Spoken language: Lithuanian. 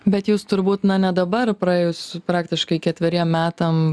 bet jūs turbūt na ne dabar praėjus praktiškai ketveriem metam